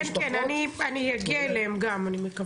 כן, כן, אני אגיע אליהם גם אני מקווה.